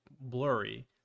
blurry